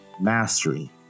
Mastery